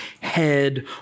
head